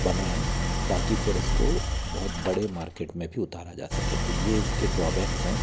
बनाएँ ताकि फिर इसको बहुत बड़े मार्केट में भी उतारा जा सके तो ये इसके ड्रॉबैक्स हैं